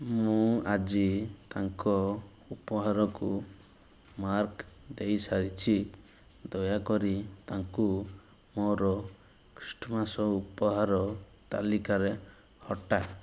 ମୁଁ ଆଜି ତାଙ୍କ ଉପହାରକୁ ମାର୍କ୍ ଦେଇ ସାରିଛି ଦୟାକରି ତାଙ୍କୁ ମୋର ଖ୍ରୀଷ୍ଟମାସ ଉପହାର ତାଲିକାରେ ହଟା